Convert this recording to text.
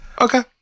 Okay